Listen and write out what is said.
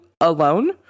alone